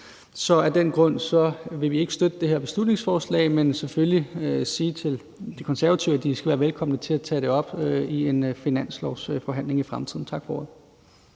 Så af den grund vil vi ikke støtte det her beslutningsforslag, men i stedet sige til De Konservative, at de selvfølgelig skal være velkomne til at tage det op i en finanslovsforhandling i fremtiden. Tak for ordet.